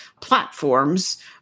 platforms